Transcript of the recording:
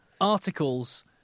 articles